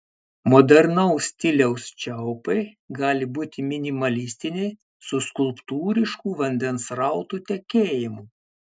modernaus stiliaus čiaupai gali būti minimalistiniai su skulptūrišku vandens srauto tekėjimu